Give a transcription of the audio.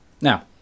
Now